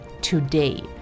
today